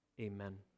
amen